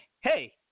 hey